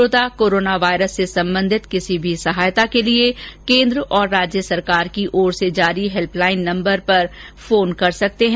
श्रोता corona virus से संबंधित किसी भी सहायता के लिए केन्द्र और राज्य की ओर से जारी हेल्प लाइन नम्बर पर फोन कर सकते हैं